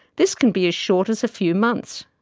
this can be as short as a few months.